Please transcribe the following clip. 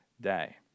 Day